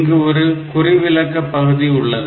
இங்கு ஒரு குறிவிலக்க பகுதி உள்ளது